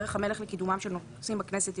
דרך המלך לקידומם של נושאים בכנסת הוא